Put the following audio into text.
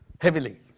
heavily